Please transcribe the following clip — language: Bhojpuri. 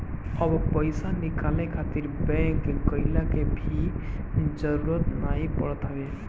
अब पईसा निकाले खातिर बैंक गइला के भी जरुरत नाइ पड़त हवे